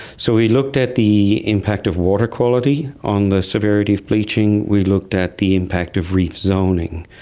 so we looked at the impact of water quality on the severity of bleaching. we looked at the impact of reef zoning,